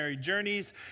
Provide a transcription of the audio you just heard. journeys